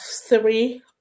three